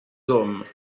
hommes